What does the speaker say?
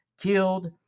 killed